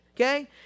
okay